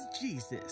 Jesus